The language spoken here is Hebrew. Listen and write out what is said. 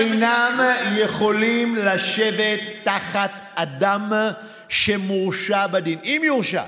אינם יכולים לשבת תחת אדם שמורשע בדין, אם יורשע,